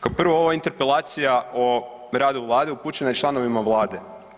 Kao prvo ova Interpelacija o radu Vlade upućena je članovima Vlade.